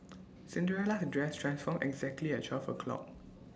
Cinderella her dress transformed exactly at twelve o' clock